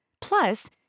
Plus